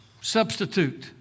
substitute